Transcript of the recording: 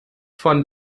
von